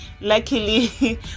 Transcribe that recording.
Luckily